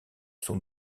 sont